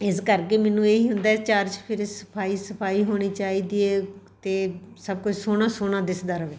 ਇਸ ਕਰਕੇ ਮੈਨੂੰ ਇਹੀ ਹੁੰਦਾ ਚਾਰ ਚੁਫੇਰੇ ਸਫਾਈ ਸਫਾਈ ਹੋਣੀ ਚਾਹੀਦੀ ਹੈ ਅਤੇ ਸਭ ਕੁਝ ਸੋਹਣਾ ਸੋਹਣਾ ਦਿਸਦਾ ਰਵੇ